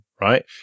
right